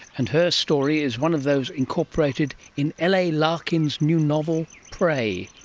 and her story is one of those incorporated in la larkin's new novel prey,